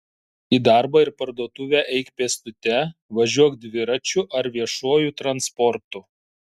į darbą ir parduotuvę eik pėstute važiuok dviračiu ar viešuoju transportu